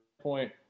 point